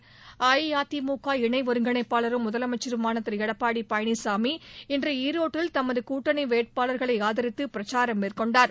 ஒருங்கிணைப்பாளரும் அஇஅதிமுக இணை முதலமைச்சருமான திரு எடப்பாடி பழனிசாமி இன்று ஈரோட்டில் தமது கூட்டணி வேட்பாளர்களை ஆதரித்து பிரச்சாரம் மேற்கொண்டார்